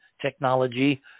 technology